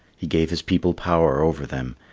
he gave his people power over them,